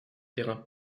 terrain